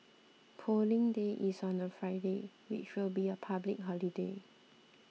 Polling Day is on a Friday which will be a public holiday